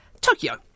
Tokyo